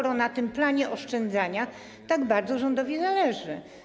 skoro na tym planie oszczędzania tak bardzo rządowi zależy.